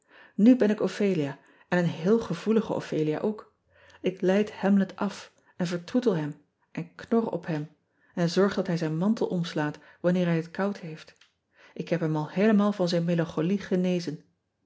u ben ik phelia en een heel gevoelige phelia ook k leid amlet of en vertroetel hem en knor op hem en zorg dat hij zijn mantel omslaat wanneer hij het koud heeft k heb hem al heelemaal van zijn melancholie genezen